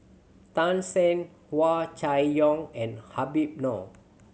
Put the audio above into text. Tan Shen Hua Chai Yong and Habib Noh